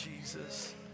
Jesus